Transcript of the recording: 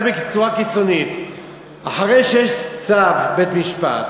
אחרי שיש צו בית-משפט,